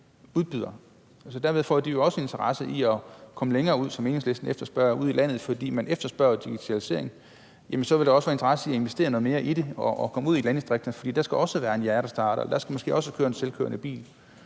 Derved får de jo også en interesse i at komme længere ud i landet, som Enhedslisten efterspørger. For når man efterspørger digitalisering, vil der også være interesse i at investere noget mere i det og komme ud i landdistrikterne, for der skal også være en hjertestarter, og der skal måske også køre en selvkørende bil.